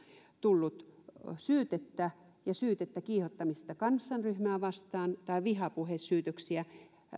tullut syytettä syytettä kiihottamisesta kansanryhmää vastaan tai vihapuhesyytöksiä